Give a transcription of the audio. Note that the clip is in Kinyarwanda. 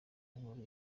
inkuru